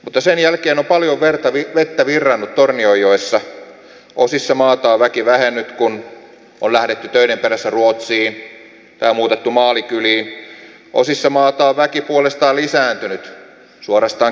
mutta sen jälkeen on paljon vettä virrannut torniojoessa osissa maata on väki vähennyt kun on lähdetty töiden perässä ruotsiin tai muutettu maalikyliin osissa maata on väki puolestaan lisääntynyt suorastaan kirjaimellisesti